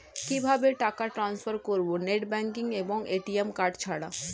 কিভাবে টাকা টান্সফার করব নেট ব্যাংকিং এবং এ.টি.এম কার্ড ছাড়া?